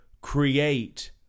create